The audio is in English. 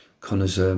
Connors